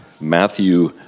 Matthew